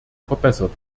verbessert